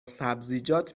سبزیجات